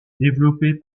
développé